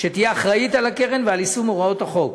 שתהיה אחראית לקרן ועל יישום הוראות החוק.